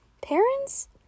Parents